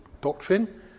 doctrine